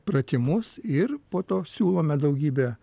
pratimus ir po to siūlome daugybę